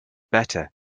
better